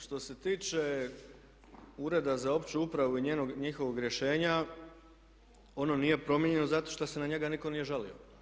Što se tiče Ureda za opću upravu i njihovog rješenja ono nije promijenjeno zato što se na njega nitko nije žalio.